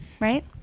Right